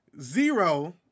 zero